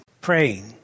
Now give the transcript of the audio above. praying